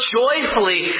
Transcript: joyfully